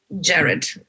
Jared